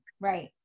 right